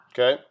Okay